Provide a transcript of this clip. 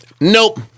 nope